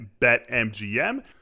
BetMGM